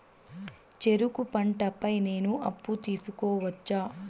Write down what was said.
చెరుకు పంట పై నేను అప్పు తీసుకోవచ్చా?